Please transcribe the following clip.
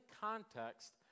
context